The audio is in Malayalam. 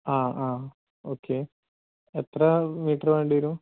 ആ ആ ഓക്കെ എത്ര മീറ്റര് വേണ്ടിവരും